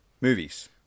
movies